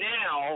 now